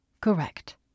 Correct